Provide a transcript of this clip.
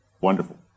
wonderful